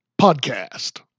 podcast